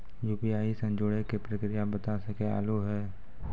UPI से जुड़े के प्रक्रिया बता सके आलू है?